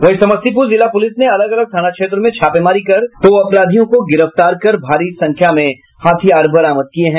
वहीं समस्तीपुर जिला पुलिस ने अलग अलग थाना क्षेत्र में छापेमारी कर दो अपराधियों को गिरफ्तार कर भारी संख्या में हथियार बरामद किये हैं